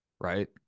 right